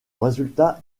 résultat